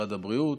משרד הבריאות,